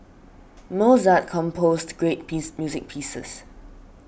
Mozart composed great piece music pieces